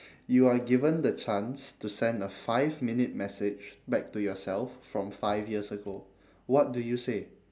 you are given the chance to send a five minute message back to yourself from five years ago what do you say